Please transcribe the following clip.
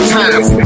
times